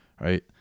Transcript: right